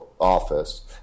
office